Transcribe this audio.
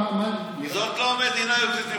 זאת לא המדינה היהודית מבחינתו,